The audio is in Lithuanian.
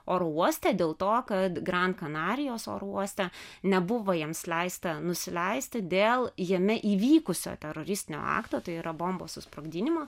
oro uoste dėl to kad grand kanarijos oro uoste nebuvo jiems leista nusileisti dėl jame įvykusio teroristinio akto tai yra bombos susprogdinimo